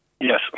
Yes